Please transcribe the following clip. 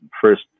first